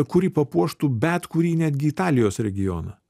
kuri papuoštų bet kurį netgi italijos regioną